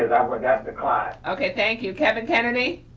forgot the client. okay. thank you, kevin kennedy.